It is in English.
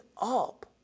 up